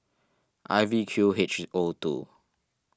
I V Q H O two